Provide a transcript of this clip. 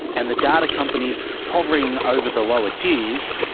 and the data companies hovering over the lower tiers,